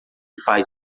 faz